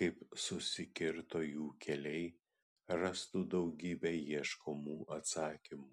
kaip susikirto jų keliai rastų daugybę ieškomų atsakymų